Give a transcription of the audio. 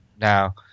Now